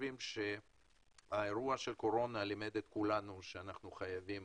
חושבים שהאירוע של הקורונה לימד את כולנו שאנחנו חייבים